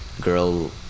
girl